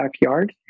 backyard